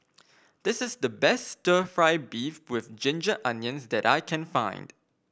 this is the best stir fry beef with Ginger Onions that I can find